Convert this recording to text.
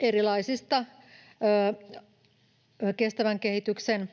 erilaisista kestävän kehityksen